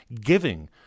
giving